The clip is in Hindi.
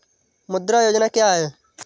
मुद्रा योजना क्या है?